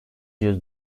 yüz